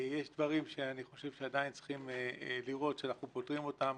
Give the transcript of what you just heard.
יש דברים שאני חושב שעדיין צריכים לראות שאנחנו פותרים אותם